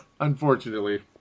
unfortunately